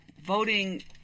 Voting